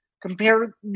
compare